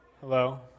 Hello